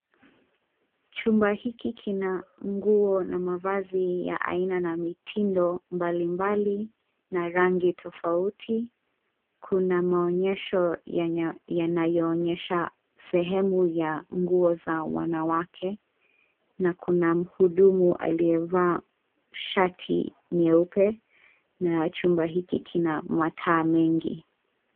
Chumba hiki kina nguo na mavazi ya aina na mitindo mbalimbali na rangi tofauti, kuna maonyesho yenye yanayoonyesha sehemu ya nguo za wanawake na kuna mhudumu aliyevaa shati nyeupe na chumba hiki kina mataa mengi.